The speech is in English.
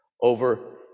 over